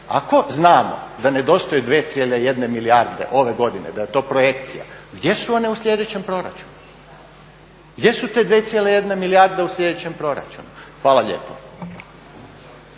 ako znamo da nedostaju 2,1 milijarde ove godine da je to projekcija, gdje su one u slijedećem proračunu? Gdje su te 2,1 milijarda u slijedećem proračunu? Hvala lijepo.